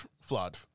Flood